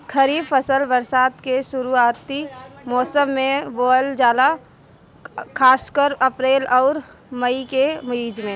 खरीफ फसल बरसात के शुरूआती मौसम में बोवल जाला खासकर अप्रैल आउर मई के बीच में